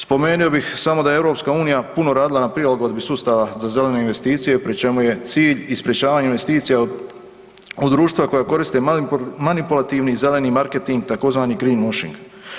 Spomenuo bih samo da je EU puno radila na prilagodbi sustava za zelenu investicije pri čemu je cilj i sprječavanje investicija od društva koja koriste manipulativni i zeleni marketing, tzv. greenwashing.